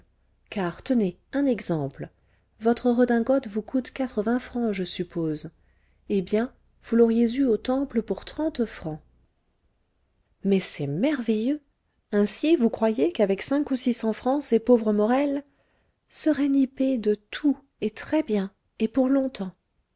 car tenez un exemple votre redingote vous coûte quatre-vingts francs je suppose eh bien vous l'auriez eue au temple pour trente francs mais c'est merveilleux ainsi vous croyez qu'avec cinq ou six cents francs ces pauvres morel seraient nippés de tout et très-bien et pour longtemps